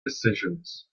decisions